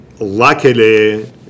luckily